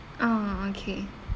oh okay